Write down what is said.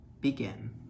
begin